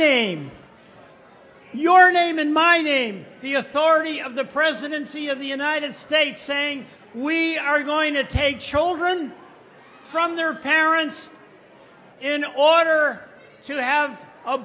name your name in mining the authority of the presidency of the united states saying we are going to take children from their parents in order to have a